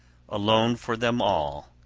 alone, for them all,